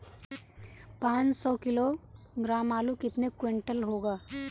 पाँच सौ किलोग्राम आलू कितने क्विंटल होगा?